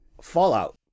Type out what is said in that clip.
Fallout